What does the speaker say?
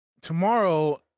tomorrow